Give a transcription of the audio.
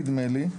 נדמה לי,